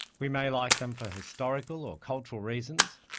we may like them for historical or cultural reasons,